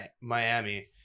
Miami